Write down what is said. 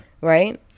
Right